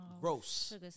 gross